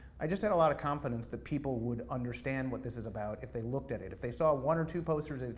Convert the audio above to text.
i just had a lot of confidence that people would understand what this is about if they looked at it. if they saw one or two posters, they would